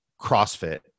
CrossFit